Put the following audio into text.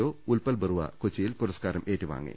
O Utpal Barua Kochi യിൽ പുരസ്കാരം ഏറ്റുവാങ്ങി